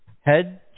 Head